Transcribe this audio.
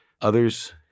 Others